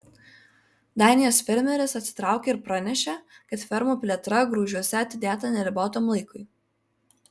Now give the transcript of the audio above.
danijos fermeris atsitraukė ir pranešė kad fermų plėtra grūžiuose atidėta neribotam laikui